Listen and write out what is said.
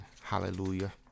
Hallelujah